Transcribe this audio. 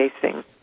facing